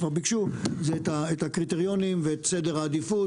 שכבר ביקשו זה את הקריטריונים ואת סדר העדיפות.